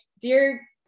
Dear